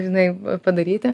žinai padaryti